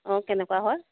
অঁ কেনেকুৱা হয়